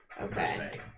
Okay